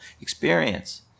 experience